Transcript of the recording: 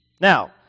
Now